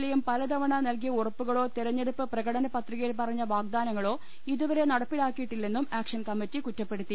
എയും പലതവണ നൽകിയ ഉറപ്പുകളോ തെരഞ്ഞെടുപ്പ് പ്രകടന പത്രികയിൽ പറഞ്ഞ വാഗ്ദാനങ്ങളോ ഇതുവരെ നടപ്പിലാക്കിയിട്ടില്ലെന്നും ആക്ഷൻ കമ്മിറ്റി കുറ്റപ്പെടുത്തി